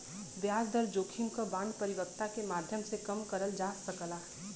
ब्याज दर जोखिम क बांड परिपक्वता के माध्यम से कम करल जा सकला